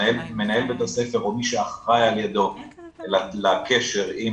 מנהל בית הספר או מי שאחראי על ידו לקשר עם